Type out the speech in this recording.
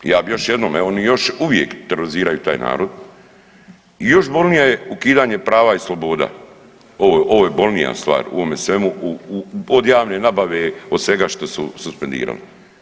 Ja bi još jednom, evo oni još uvijek teroriziraju taj narod i još bolnija je ukidanje prava i sloboda, ovo je bolnija stvar u ovome svemu u, od javne nabave od svega što su suspendirali.